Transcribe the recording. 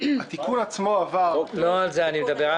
התיקון עצמו עבר --- לא על זה אני מדבר.